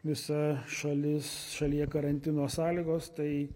visa šalis šalyje karantino sąlygos tai